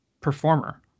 performer